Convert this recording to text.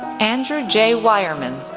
andrew j. wireman,